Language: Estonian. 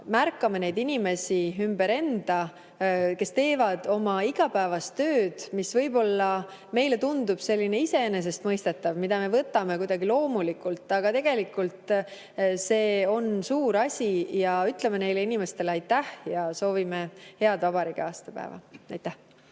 märkame neid inimesi enda ümber, kes teevad oma igapäevast tööd, mis meile võib-olla tundub iseenesestmõistetavana, mida me võtame kuidagi loomulikult, aga tegelikult on see suur asi. Ütleme neile inimestele aitäh ja soovime head vabariigi aastapäeva. Aitäh!